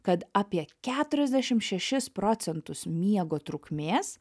kad apie keturiasdešim šešis procentus miego trukmės